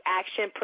action